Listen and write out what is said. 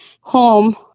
home